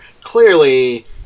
clearly